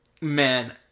Man